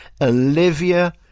Olivia